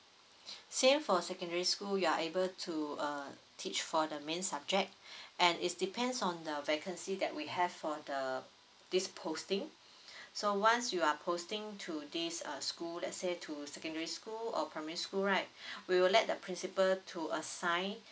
same for secondary school you are able to uh teach for the main subject and is depends on the vacancy that we have for the this posting so once you are posting to these uh school lets say to secondary school or primary school right we will let the principal to assign